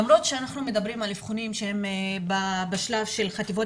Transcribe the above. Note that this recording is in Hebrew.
למרות שאנחנו מדברים על אבחונים שהם בשלב של חטיבות